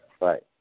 Right